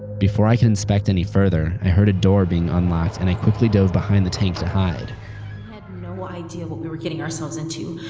before i could inspect any further i heard a door being unlocked and i quickly dove behind the tank to hide. we had no idea what we were getting ourselves into.